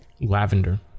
lavender